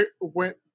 went